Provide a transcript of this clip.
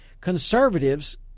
conservatives